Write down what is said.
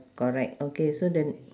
correct okay so the